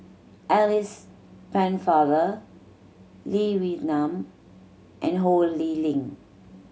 Alice Pennefather Lee Wee Nam and Ho Lee Ling